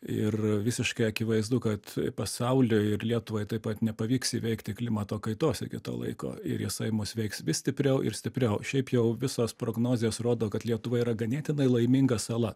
ir visiškai akivaizdu kad pasauliui ir lietuvai taip pat nepavyks įveikti klimato kaitos iki to laiko ir jisai mus veiks vis stipriau ir stipriau šiaip jau visos prognozės rodo kad lietuva yra ganėtinai laiminga sala